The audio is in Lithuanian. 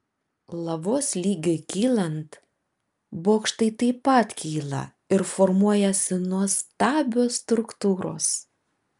lavos lygiui kylant bokštai taip pat kyla ir formuojasi nuostabios struktūros